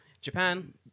Japan